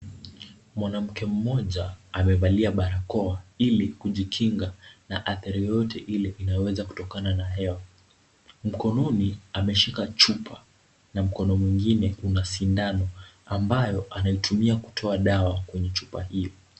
Mwanamke mmoja amevalia barakoa ili kujikinga na athari yoyote ile inayoweza kutokana na hewa. Mkononi ameshika chupa na mkono mwingine una sindano ambayo anaitumia kutoa dawa kwenye chupa hio.